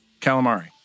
Calamari